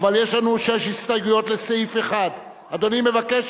אבל יש לנו שש הסתייגויות לסעיף 1. אדוני מבקש,